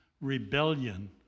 rebellion